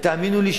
ותאמינו לי,